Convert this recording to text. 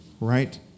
right